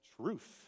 truth